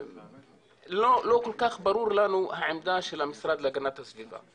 לא כל כך ברורה לנו העמדה של המשרד להגנת הסביבה.